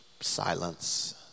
Silence